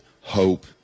hope